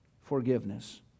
forgiveness